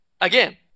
again